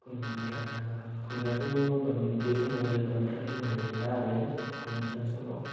खुमब्रायाथ' बे समावहाय बांद्राय मोना आरो खुम्ब्रा समाव